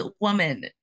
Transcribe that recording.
woman